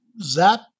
ZAP